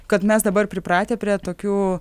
kad mes dabar pripratę prie tokių